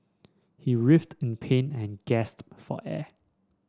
he writhed in pain and gasped for air